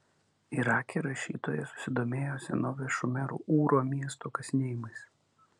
irake rašytoja susidomėjo senovės šumerų ūro miesto kasinėjimais